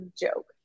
joke